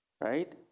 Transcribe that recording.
right